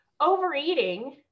overeating